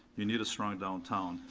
you need a strong downtown.